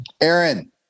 Aaron